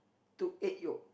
took egg yolk